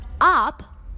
up